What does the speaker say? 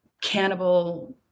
cannibal